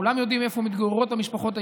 כולם יודעים איפה מתגוררות המשפחות היהודיות,